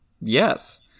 Yes